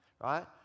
Right